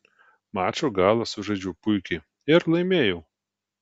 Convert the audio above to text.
mačo galą sužaidžiau puikiai ir laimėjau